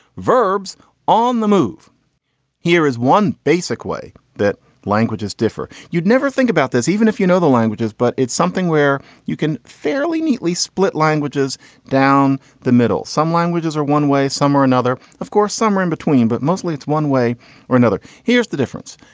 verbs on the move here is one basic way that languages differ. you'd never think about this even if you know the languages. but it's something where you can fairly neatly split languages down the middle. some languages are one way somewhere another. of course, somewhere in between. but mostly it's one way or another here's the difference.